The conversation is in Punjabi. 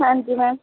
ਹਾਂਜੀ ਮੈਮ